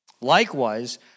Likewise